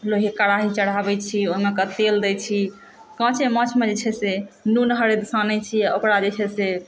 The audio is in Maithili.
कढ़ाही चढ़ाबै छी ओहिमे कऽ तेल दैत छी काँचे माछमे जे छै से नून हरदि सानै छी ओकरा जे छै से